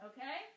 Okay